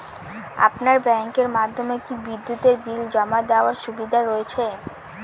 আপনার ব্যাংকের মাধ্যমে কি বিদ্যুতের বিল জমা দেওয়ার সুবিধা রয়েছে?